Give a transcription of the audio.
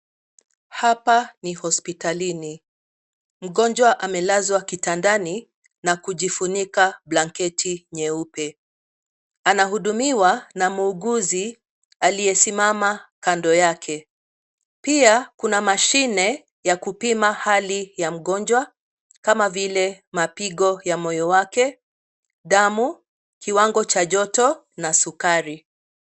Hapa ni hospitalini mgonjwa amelazwa kitandi na kujifunika blanketi nyeupe. Anahudumiwa na muuguzi aliye simama kando yake, pia kuna mashine ya kupima hali ya mgonjwa kama vile mapigo ya moyo wake, damu, kiwango cha joto na sukari.